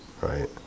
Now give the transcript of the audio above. right